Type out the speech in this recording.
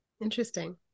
Interesting